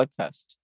podcast